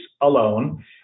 alone